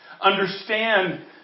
Understand